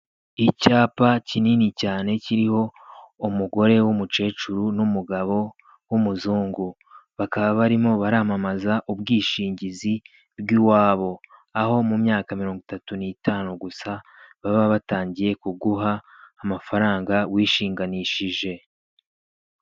Icyapa kinini cyane kiriho umugore w'umukecuru n'umugabo w'umuzungu bakaba barimo baramamaza ubwishingizi bw'iwabo aho mu myaka mirongo itatu n'itanu gusa baba batangiye kuguha amafaranga wishinganishije.